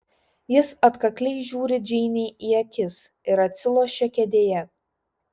jis atkakliai žiūri džeinei į akis ir atsilošia kėdėje